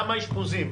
כמה אשפוזים,